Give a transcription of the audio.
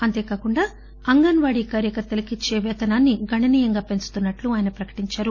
అంతే గాకుండా అంగన్ వాడి కార్యకర్తలకు ఇచ్చే వేతనాన్ని గణనీయంగా పెంచుతున్నట్టు నరేంద్రమోదీ ప్రకటించారు